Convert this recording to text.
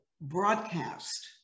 broadcast